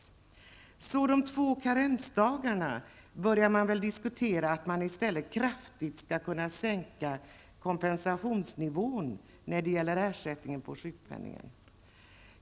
Så i stället för de två karensdagarna börjar man väl diskutera att kraftigt sänka kompensationsnivån när det gäller sjukpenningen.